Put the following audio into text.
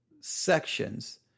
sections